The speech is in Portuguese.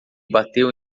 bateu